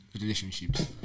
relationships